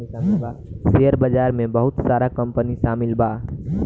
share बाजार में बहुत सारा कंपनी शामिल बा